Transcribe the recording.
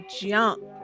jump